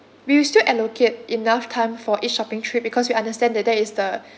we will still allocate enough time for each shopping trip because we understand that that is the